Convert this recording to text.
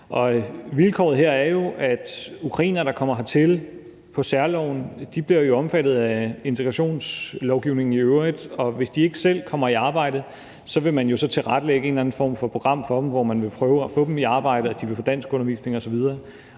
vilkåret her er jo, at ukrainere, der kommer hertil på særloven, jo bliver omfattet af den øvrige integrationslovgivning, og hvis de ikke selv kommer i arbejde, vil man jo tilrettelægge en eller anden form for program for dem, hvor man vil prøve at få dem i arbejde og de vil få danskundervisning osv.,